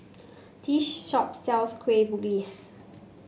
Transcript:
this shop sells Kueh Bugis